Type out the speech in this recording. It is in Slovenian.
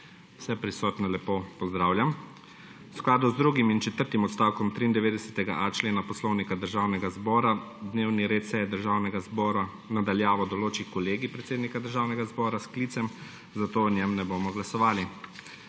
Vse prisotne lepo pozdravljam! V skladu z drugim in četrtim odstavkom 93.a člena Poslovnika Državnega zbora dnevni res seje Državnega zbora na daljavo določi Kolegij predsednika Državnega zbora s sklicem, zato o njem ne bomo glasovali.